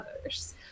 others